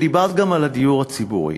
ודיברת גם על הדיור הציבורי,